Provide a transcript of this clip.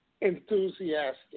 Enthusiastic